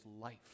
life